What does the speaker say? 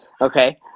Okay